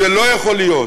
שזה לא יכול להיות.